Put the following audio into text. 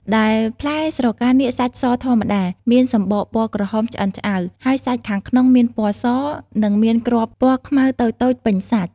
ដែលផ្លែស្រកានាគសាច់សធម្មតា មានសម្បកពណ៌ក្រហមឆ្អិនឆ្អៅ ហើយសាច់ខាងក្នុងមានពណ៌ស និងមានគ្រាប់ពណ៌ខ្មៅតូចៗពេញសាច់។